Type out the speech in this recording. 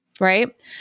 right